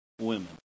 women